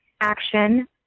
action